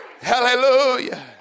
hallelujah